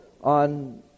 on